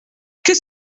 qu’est